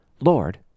Lord